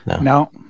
No